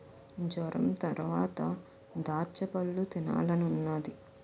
జొరంతరవాత దాచ్చపళ్ళు తినాలనున్నాది